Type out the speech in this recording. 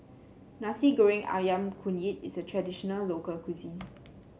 Nasi Goreng ayam kunyit is a traditional local cuisine